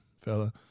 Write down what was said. fella